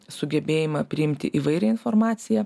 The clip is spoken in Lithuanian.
sugebėjimą priimti įvairią informaciją